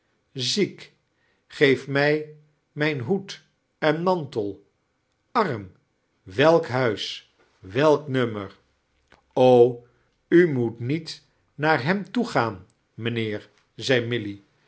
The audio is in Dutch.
ziek geef mij mijn hoed en mantel arm welt huis welk nummer u moet niet naar hem toe gaan mijnheer zei milly